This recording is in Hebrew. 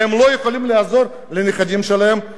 והם לא יכולים לעזור לנכדים שלהם.